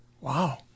Wow